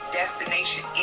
destination